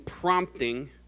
prompting